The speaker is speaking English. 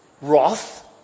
wrath